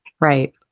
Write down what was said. Right